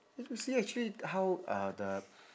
you see actually how uh the